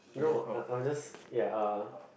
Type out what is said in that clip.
no I'm I'm just ya uh